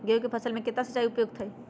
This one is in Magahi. गेंहू के फसल में केतना सिंचाई उपयुक्त हाइ?